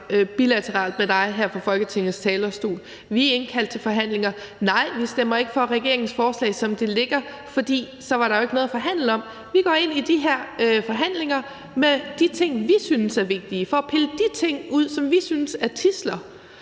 bilateralt med dig her fra Folketingets talerstol. Vi er indkaldt til forhandlinger, og nej, vi stemmer ikke for regeringens forslag, som det foreligger, for så var der jo ikke noget at forhandle om. Vi går ind i de her forhandlinger med de ting, vi synes er vigtige, for at pille de ting ud, som vi synes er tidsler